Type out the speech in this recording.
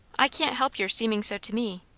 i can't help your seeming so to me.